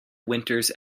winters